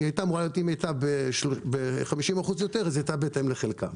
אם היא הייתה גדלה ב-50% אז היא הייתה בהתאם לחלקה.